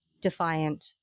defiant